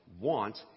want